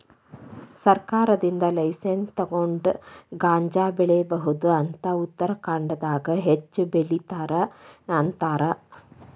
ಸರ್ಕಾರದಿಂದ ಲೈಸನ್ಸ್ ತುಗೊಂಡ ಗಾಂಜಾ ಬೆಳಿಬಹುದ ಅಂತ ಉತ್ತರಖಾಂಡದಾಗ ಹೆಚ್ಚ ಬೆಲಿತಾರ ಅಂತಾರ